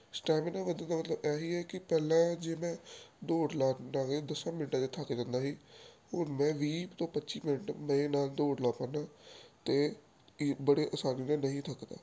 stamina ਵਧਣ ਦਾ ਮਤਲਬ ਇਹ ਹੀ ਹੈ ਕਿ ਪਹਿਲਾਂ ਜੇ ਮੈਂ ਦੌੜ ਲਾਉਂਦਾ ਵੀ ਦਸਾਂ ਮਿੰਟਾਂ 'ਚ ਥੱਕ ਜਾਂਦਾ ਸੀ ਹੁਣ ਮੈਂ ਵੀਹ ਤੋਂ ਪੱਚੀ ਮਿੰਟ ਮੇਰੇ ਨਾਲ ਦੌੜਨਾ ਲਾ ਪਾਉਂਦਾ ਅਤੇ ਬੜੇ ਅਸਾਨੀ ਨਾਲ ਨਹੀਂ ਥੱਕਦਾ